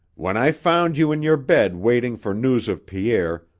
when i found you in your bed waiting for news of pierre,